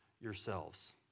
yourselves